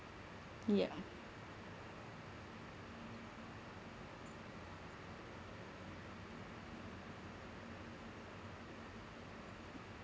yeah